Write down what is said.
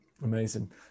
Amazing